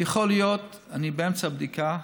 יכול להיות, אני באמצע בדיקה,